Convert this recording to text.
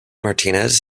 martinez